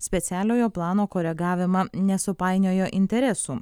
specialiojo plano koregavimą nesupainiojo interesų